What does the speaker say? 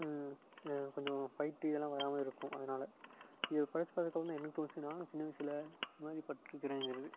அந்த கொஞ்சம் ஃபைட்டு இதெலாம் வராமல் இருக்கும் அதனால் இதை படிச்சு பார்த்தத்துக்கு அப்புறோம் தான் என்ன தோணுச்சுன்னா சின்ன வயசில் இதை மாதிரி பட்ருக்குறேன்ங்கிறது